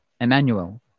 Emmanuel